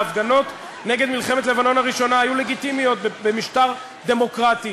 ההפגנות נגד מלחמת לבנון הראשונה היו לגיטימיות במשטר דמוקרטי.